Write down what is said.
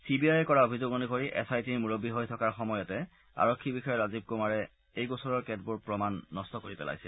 C B আয়ে কৰা অভিযোগ অনুসৰি এছ আই টিৰ মূৰববী হৈ থকা সময়তে আৰক্ষী বিষয়া ৰাজীৱ কুমাৰে এই গোচৰৰ কেতবোৰ প্ৰমাণ নষ্ট কৰি পেলাইছিল